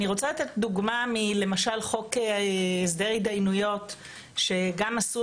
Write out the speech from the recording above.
אני רוצה לתת דוגמא מ-למשל חוק שגם עשו